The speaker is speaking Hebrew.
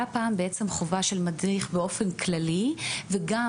היה פעם חובה של מדריך באופן כללי וגם